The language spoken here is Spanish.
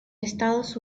estados